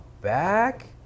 back